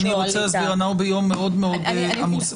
אנחנו ביום מאוד מאוד עמוס.